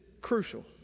crucial